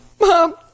Mom